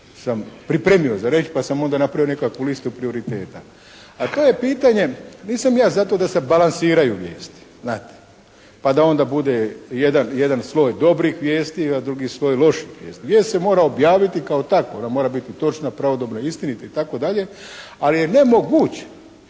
sam pripremio za reći, pa sam onda napravio nekakvu listu prioriteta, a to je pitanje, nisam ja za to da se balansiraju vijesti znate, pa da onda bude jedan sloj dobrih vijesti, a drugi sloj loših vijesti. Vijest se mora objaviti kao takva, ona mora biti točna, pravodobna, istinita itd., ali je nemoguće